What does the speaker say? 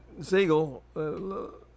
Siegel